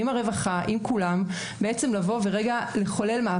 עם משרד הרווחה,